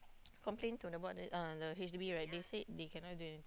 complain to the board the the H_D_B right they say they cannot do anything